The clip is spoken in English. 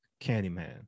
Candyman